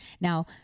Now